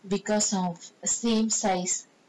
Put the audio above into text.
because of same size